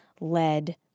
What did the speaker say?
lead